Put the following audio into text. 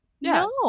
No